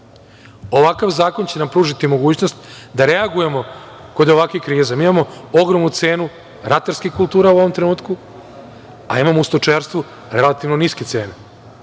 hrane. Ovakav zakon će nam pružiti mogućnost da reagujemo kod ovakvih kriza. Mi imamo ogromnu cenu ratarskih kultura u ovom trenutku, a imamo u stočarstvu relativno niske cene